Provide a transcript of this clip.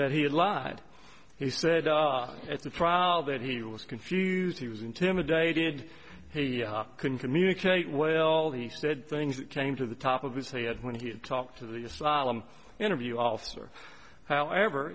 that he lied he said at the prowl that he was confused he was intimidated he couldn't communicate well he said things that came to the top of which he had when he talked to the asylum interview officer however